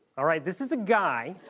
all right, this is a guy,